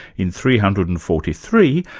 in three hundred and forty three,